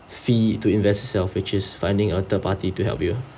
fee to invest itself which is finding a third party to help you